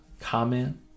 comment